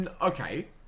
Okay